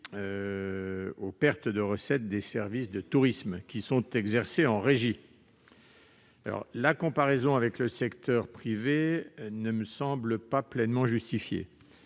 aux pertes de recettes des services de tourisme exercés en régie. La comparaison avec le secteur privé ne me paraît pas pleinement justifiée.